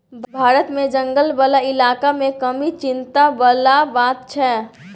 भारत मे जंगल बला इलाका मे कमी चिंता बला बात छै